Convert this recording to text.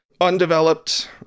undeveloped